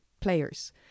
players